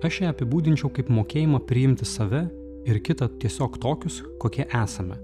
aš ją apibūdinčiau kaip mokėjimą priimti save ir kitą tiesiog tokius kokie esame